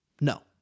No